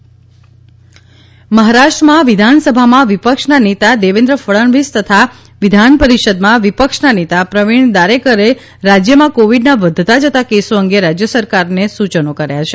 Maharashtra covid મહારાષ્ટ્રમાં વિધાનસભામાં વિપક્ષના નેતા દેવેન્દ્ર ફડણવીસ તથા વિધાનપરિષદમાં વિપક્ષના નેતા પ્રવિણ દારેકરે રાજ્યમાં કોવિડના વધતા જતા કેસો અંગે રાજ્ય સરકારને સૂચનો કર્યા છે